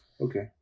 Okay